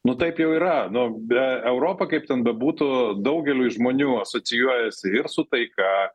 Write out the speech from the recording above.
nu taip jau yra nu be europa kaip ten bebūtų daugeliui žmonių asocijuojasi su taika